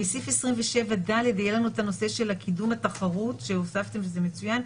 בסעיף 27ד היה לנו נושא קידום התחרות שהוספתם וזה מצוין,